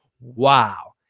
wow